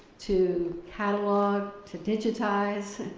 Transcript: to catalogue, to digitize,